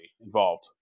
involved